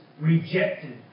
rejected